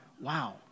wow